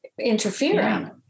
interfering